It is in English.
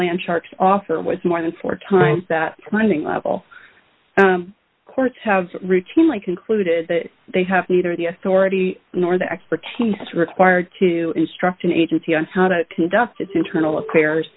land sharks offer was more than four times that funding level courts have routinely concluded that they have neither the authority nor the expertise required to instruct an agency on how to conduct its internal affairs